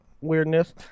weirdness